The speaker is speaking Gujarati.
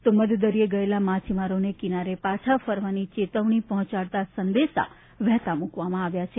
તો મધદરિયે ગયેલા માછીમારોને કિનારે પાછા ફરવાની ચેતવજ્ઞી પહોંચાડતા સંદેશા વહેતા મુકવામાં આવ્યા છે